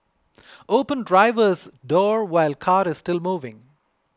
open driver's door while car is still moving